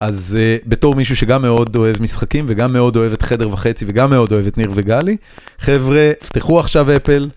אז בתור מישהו שגם מאוד אוהב משחקים וגם מאוד אוהב את חדר וחצי וגם מאוד אוהב את ניר וגלי, חבר'ה, פתחו עכשיו אפל.